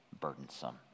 burdensome